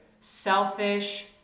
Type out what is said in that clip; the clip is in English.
selfish